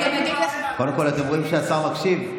קודם כול, אתם רואים שהשר מקשיב?